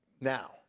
Now